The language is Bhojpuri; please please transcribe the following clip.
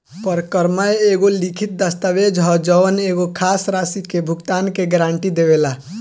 परक्रमय एगो लिखित दस्तावेज ह जवन एगो खास राशि के भुगतान के गारंटी देवेला